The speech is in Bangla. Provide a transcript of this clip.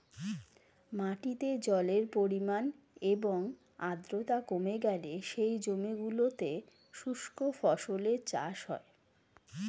মাটিতে জলের পরিমাণ এবং আর্দ্রতা কমে গেলে সেই জমিগুলোতে শুষ্ক ফসলের চাষ হয়